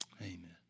Amen